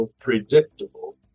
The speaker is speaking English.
predictable